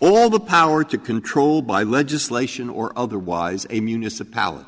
all the power to control by legislation or otherwise a municipality